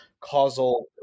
causal